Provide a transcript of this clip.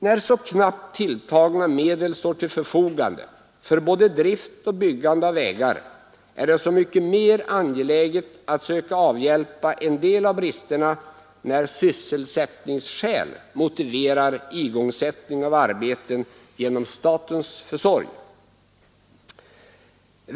När så knappt tilltagna medel står till förfogande för både drift och byggande av vägar är det så mycket mer angeläget att söka avhjälpa en del av bristerna då sysselsättningsskäl motiverar igångsättning av arbeten genom statens försorg.